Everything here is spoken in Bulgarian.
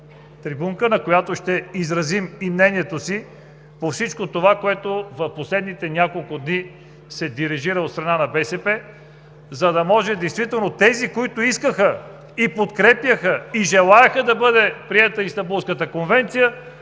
трибунка, на която ще изразим и мнението си по всичко това, което в последните няколко дни се дирижира от страна на БСП, за да може действително тези, които искаха и подкрепяха, и желаеха да бъде приета Истанбулската конвенция,